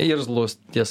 irzlūs ties